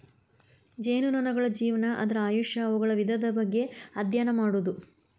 ಜೇನುನೊಣಗಳ ಜೇವನಾ, ಅದರ ಆಯುಷ್ಯಾ, ಅವುಗಳ ವಿಧದ ಬಗ್ಗೆ ಅದ್ಯಯನ ಮಾಡುದು